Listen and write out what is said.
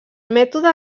mètode